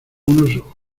unos